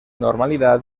normalidad